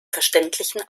verständlichen